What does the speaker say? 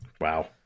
Wow